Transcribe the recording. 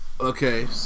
Okay